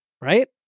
right